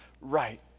right